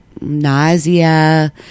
nausea